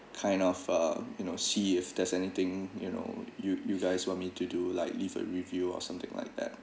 kind of uh you know see if there's anything you know you you guys want me to do like leave a review or something like that